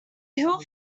hill